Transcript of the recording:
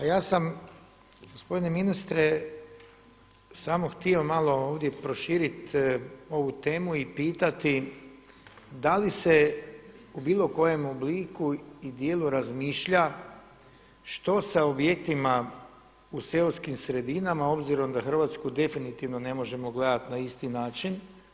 Pa ja sam gospodine ministre samo htio malo ovdje proširiti ovu temu i pitati da li se u bilo kojem obliku i dijelu razmišlja što sa objektima u seoskim sredinama obzirom da Hrvatsku definitivno ne možemo gledati na isti način.